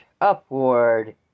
upward